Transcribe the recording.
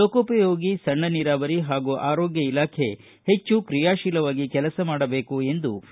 ಲೋಕೋಪಯೋಗಿ ಸಣ್ಣ ನೀರಾವರಿ ಹಾಗೂ ಆರೋಗ್ಡ ಇಲಾಖೆ ಹೆಚ್ಚು ಕ್ರಿಯಾಶೀಲವಾಗಿ ಕೆಲಸ ಮಾಡಬೇಕು ಎಂದು ವಿ